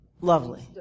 Lovely